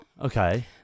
Okay